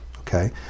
okay